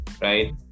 right